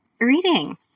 Reading